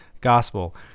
gospel